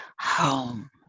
home